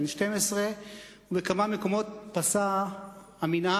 בן 12. בכמה מקומות פשה המנהג